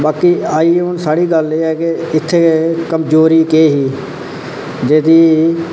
ते आई साढ़ी गल्ल पर की इत्थै कमजोरी केह् ही जेह्दी